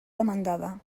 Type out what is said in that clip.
demandada